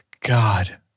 God